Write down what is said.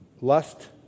Lust